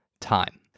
time